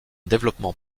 développement